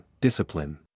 Discipline